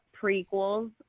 prequels